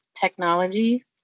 technologies